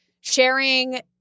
sharing